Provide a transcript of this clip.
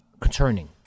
concerning